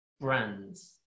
brands